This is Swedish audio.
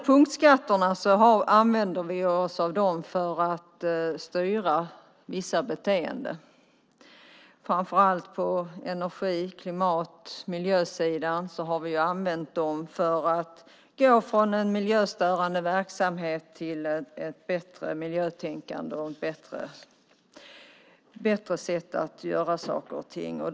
Punktskatterna använder vi oss av för att styra vissa beteenden. Framför allt på energi-, klimat och miljösidan har vi använt dem för att gå från en miljöstörande verksamhet till ett bättre miljötänkande och bättre sätt att göra saker och ting på.